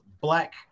black